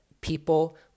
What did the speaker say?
People